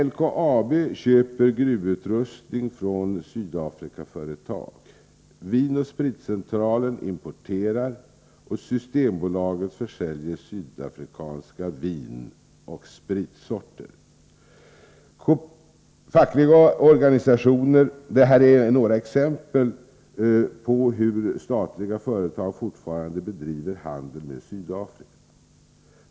LKAB köper gruvutrustning från Sydafrikaföretag. Vin & Spritcentralen importerar och Systembolaget försäljer sydafrikanska vinoch spritsorter. Detta är några exempel på hur statliga företag fortfarande bedriver handel med Sydafrika.